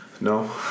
No